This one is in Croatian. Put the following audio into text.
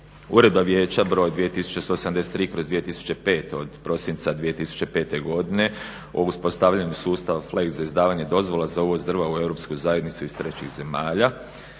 Uredba Vijeća br. 2173/2005 od prosinca 2005.godine o uspostavljanju sustava FLEGT za izdavanje dozvola za uvoz drva u Europsku zajednicu iz trećih zemalja.